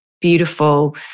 Beautiful